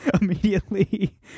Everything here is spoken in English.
immediately